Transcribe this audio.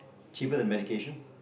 cheaper than medication